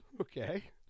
Okay